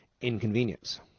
inconvenience